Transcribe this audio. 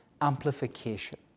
amplification